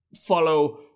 follow